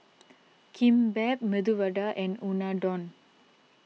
Kimbap Medu Vada and Unadon